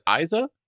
Isa